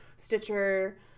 Stitcher